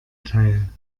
teil